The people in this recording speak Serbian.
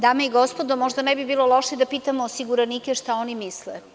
Dame i gospodo, možda ne bi bilo loše da pitamo osiguranike šta oni misle?